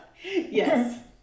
Yes